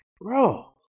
bro